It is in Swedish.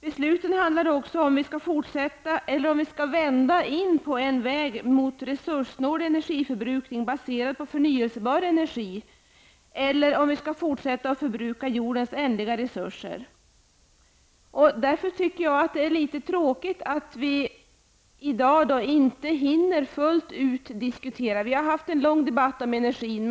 Besluten handlar också om vi skall fortsätta eller om vi skall vända in på en väg mot resurssnål energiförbrukning baserad på förnyelsebar energi, eller om vi skall fortsätta att förbruka jordens ändliga resurser. Jag tycker därför att det är litet tråkigt att vi i dag inte hinner fullt ut diskutera frågorna. Vi har haft en lång debatt om energin.